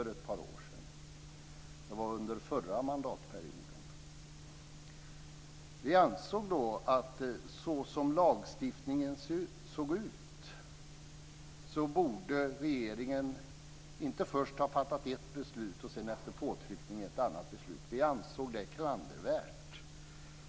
Det skedde under den förra mandatperioden. Vi höll då före att såsom lagstiftningen såg ut borde regeringen inte först ha fattat ett beslut och sedan efter påtryckning ett annat beslut. Vi menade att det var klandervärt.